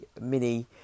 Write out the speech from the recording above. mini